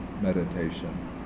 meditation